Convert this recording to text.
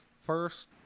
First